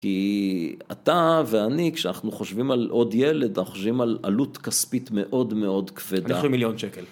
כי אתה ואני, כשאנחנו חושבים על עוד ילד, אנחנו חושבים על עלות כספית מאוד מאוד כבדה. אני חושב מיליון שקל.